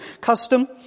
custom